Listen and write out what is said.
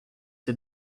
ses